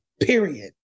Period